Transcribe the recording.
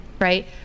right